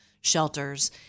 shelters